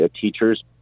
teachers